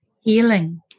healing